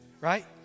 Right